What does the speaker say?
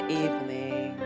evening